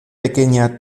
pequeña